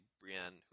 Brienne